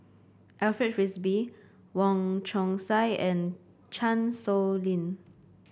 Alfred Frisby Wong Chong Sai and Chan Sow Lin